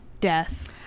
death